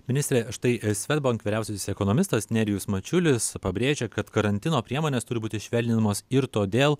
ministre štai swedbank vyriausiasis ekonomistas nerijus mačiulis pabrėžia kad karantino priemonės turi būti švelninamos ir todėl